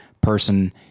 person